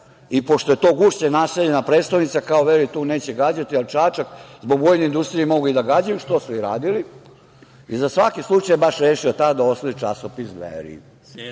Pošto je to gušće naseljena prestonica, kao veli tu nećete gađati, ali Čačak zbog vojne industrije mogu i da gađaju, što su i radili. Za svaki slučaj je baš rešio tad da osnuje časopis „Dveri“.